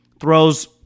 throws